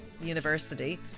university